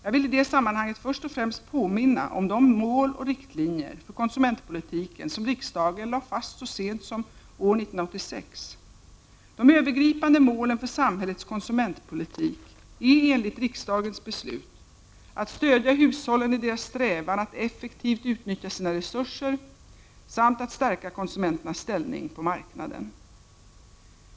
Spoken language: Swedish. Jag vill i det sammanhanget först och främst påminna om de mål och riktlinjer för konsumentpolitiken som riksdagen lade fast så sent som år 1986. De övergripande målen för samhällets konsumentpolitik är enligt riksdagens beslut att stödja hushållen i deras strävan att effektivt utnyttja sina resurser samt att stärka konsumenternas ställning på marknaden.